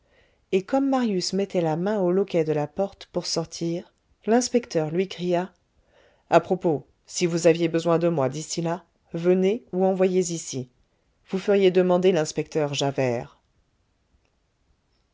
et comme marius mettait la main au loquet de la porte pour sortir l'inspecteur lui cria à propos si vous aviez besoin de moi dici là venez ou envoyez ici vous feriez demander l'inspecteur